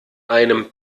einem